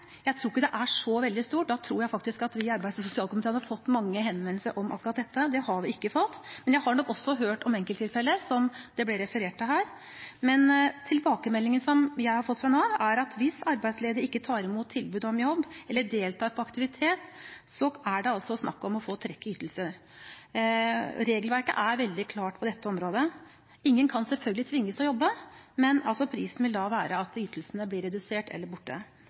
Jeg tror ikke det er så veldig stort. Da tror jeg faktisk at vi i arbeids- og sosialkomiteen hadde fått mange henvendelser om akkurat dette. Det har vi ikke fått. Men jeg har nok også hørt om enkelttilfeller, som det ble referert til her, men tilbakemeldingen som jeg har fått fra Nav, er at hvis arbeidsledige ikke tar imot tilbud om jobb eller deltar på aktivitet, er det altså snakk om å få trekk i ytelser. Regelverket er veldig klart på dette området. Ingen kan selvfølgelig tvinges til å jobbe, men prisen vil da være at ytelsene blir redusert eller borte.